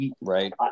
Right